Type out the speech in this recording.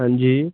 ਹਾਂਜੀ